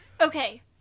Okay